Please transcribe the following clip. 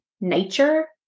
nature